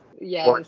yes